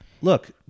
look